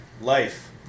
Life